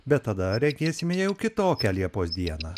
bet tada regėsime jau kitokią liepos dieną